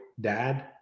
dad